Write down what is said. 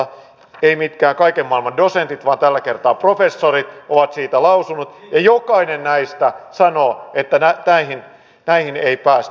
eivät mitkään kaiken maailman dosentit vaan tällä kertaa professorit ovat niistä lausuneet ja jokainen näistä sanoo että näihin ei päästä